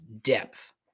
depth